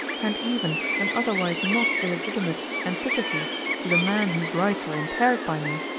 and even an otherwise not illegitimate antipathy to the man whose rights are impaired by me,